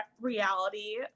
reality